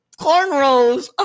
cornrows